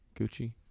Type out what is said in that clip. Gucci